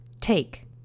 take